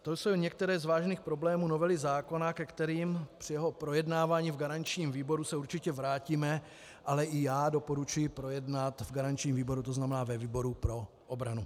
To jsou některé z vážných problémů novely zákona, ke kterým při jeho projednávání v garančním výboru se určitě vrátíme, ale i já doporučuji projednat v garančním výboru, to znamená ve výboru pro obranu.